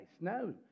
No